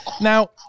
Now